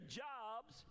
jobs